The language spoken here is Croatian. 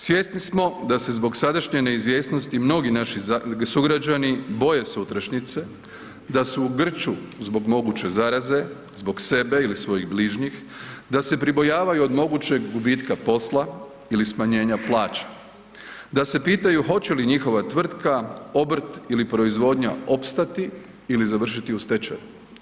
Svjesni smo da se zbog sadašnje neizvjesnosti mnogi naši sugrađani boje sutrašnjice, da su u grču zbog moguće zaraze zbog sebe ili svojih bližnjih, da se pribojavaju od mogućeg gubitka posla ili smanjenja plaća, da se pitaju hoće li njihova tvrtka, obrt ili proizvodnja opstati ili završiti u stečaju.